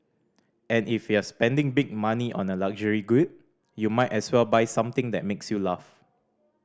and if you're spending big money on a luxury good you might as well buy something that makes you laugh